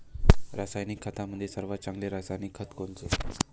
रासायनिक खतामंदी सर्वात चांगले रासायनिक खत कोनचे?